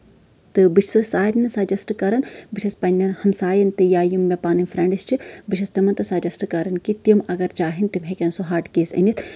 تہٕ بہٕ چھَس سارنٕے سَجیسٹ کران بہٕ چھَس پَنٕنٮ۪ن ہمساین تہِ یا یِم مےٚ پَنٕنۍ فرینٛڈٕس چھِ بہٕ چھَس تِمن تہِ سَجیسٹ کران کہِ تِم اَگر چاہن تِم ہٮ۪کن سُہ ہاٹ کیس أنِتھ